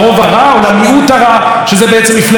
שזה בעצם מפלגת השלטון והתומכים בה.